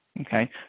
okay